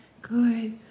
good